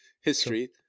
history